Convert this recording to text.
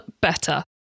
better